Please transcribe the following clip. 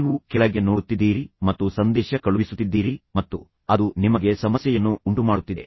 ನೀವು ಕೆಳಗೆ ನೋಡುತ್ತಿದ್ದೀರಿ ಮತ್ತು ಸಂದೇಶ ಕಳುಹಿಸುತ್ತಿದ್ದೀರಿ ಮತ್ತು ಅದು ನಿಮಗೆ ಸಮಸ್ಯೆಯನ್ನು ಉಂಟುಮಾಡುತ್ತಿದೆ